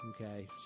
Okay